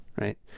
right